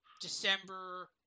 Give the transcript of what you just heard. December